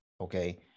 Okay